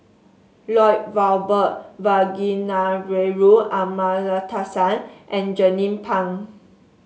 Lloyd Valberg Kavignareru Amallathasan and Jernnine Pang